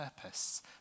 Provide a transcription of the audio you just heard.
purpose